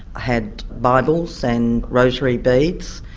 had bibles and rosary beads,